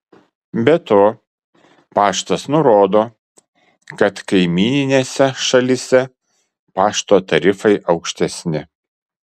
be to paštas nurodo kad kaimyninėse šalyse pašto tarifai aukštesni